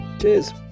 Cheers